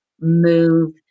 move